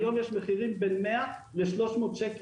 היום יש מחירים שנעים בין 100 ₪ ל-300 ₪.